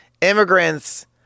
Immigrants